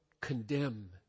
condemn